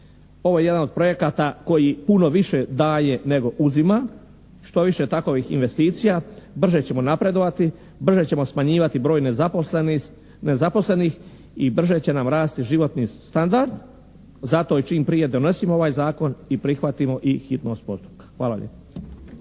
Ovo je jedan od projekata koji puno više daje nego uzima. Što više takovih investicija brže ćemo napredovati, brže ćemo smanjivati broj nezaposlenih i brže će nam rasti životni standard. Zato čim prije donesimo ovaj Zakon i prihvatimo i hitnost postupka. Hvala lijepa.